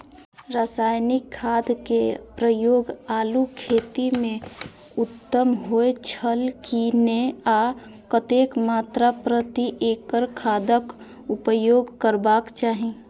रासायनिक खाद के प्रयोग आलू खेती में उत्तम होय छल की नेय आ कतेक मात्रा प्रति एकड़ खादक उपयोग करबाक चाहि?